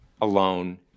alone